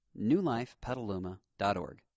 newlifepetaluma.org